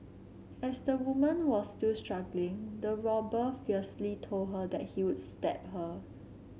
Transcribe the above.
as the woman was still struggling the robber fiercely told her that he would stab her